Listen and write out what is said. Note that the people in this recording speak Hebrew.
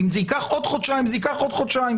אם זה ייקח עוד חודשיים, זה ייקח עוד חודשיים.